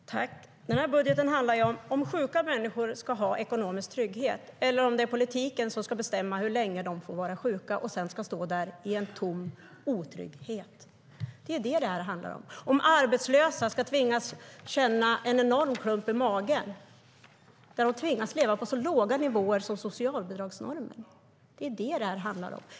Herr talman! Budgeten handlar om huruvida sjuka människor ska få ekonomisk trygghet eller om det är politiken som ska bestämma hur länge de får vara sjuka och sedan stå i en tom otrygghet. Det är vad detta handlar om. Ska arbetslösa tvingas känna en enorm klump i magen när de måste leva på så låga ersättningsnivåer som socialbidragsnormen? Det är vad detta handlar om.